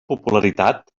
popularitat